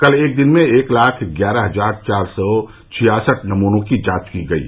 कल एक दिन में एक लाख ग्यारह हजार चार सौ छियासठ नमूनों की जांच की गयी